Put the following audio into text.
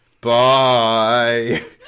bye